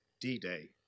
D-Day